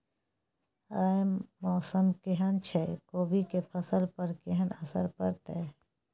आय मौसम केहन छै कोबी के फसल पर केहन असर परतै?